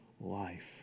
life